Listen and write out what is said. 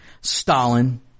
Stalin